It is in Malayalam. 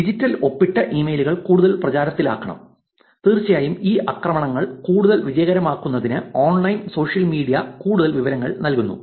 ഡിജിറ്റൽ ഒപ്പിട്ട ഇമെയിലുകൾ കൂടുതൽ പ്രചാരത്തിലാകണം തീർച്ചയായും ഈ ആക്രമണങ്ങൾ കൂടുതൽ വിജയകരമാക്കുന്നതിന് ഓൺലൈൻ സോഷ്യൽ മീഡിയ കൂടുതൽ വിവരങ്ങൾ നൽകുന്നു